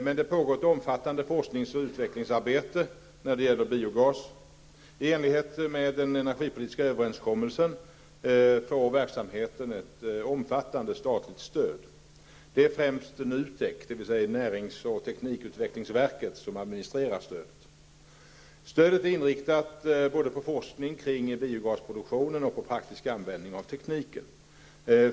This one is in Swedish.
Men det pågår ett omfattande forsknings och utvecklingsarbete när det gäller biogas. I enlighet med den energipolitiska överenskommelsen får verksamheten ett omfattande statligt stöd. Det är främst NUTEK, dvs. närings och teknikutvecklingsverket, som administrerar stödet. Stödet är inriktat både på forskning kring biogasproduktionen och på praktisk användning av tekniken.